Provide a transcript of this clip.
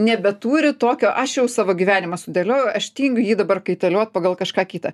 nebeturi tokio aš jau savo gyvenimą sudėliojau aš tingiu jį dabar kaitaliot pagal kažką kitą